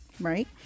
right